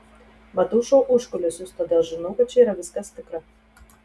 matau šou užkulisius todėl žinau kad čia yra viskas tikra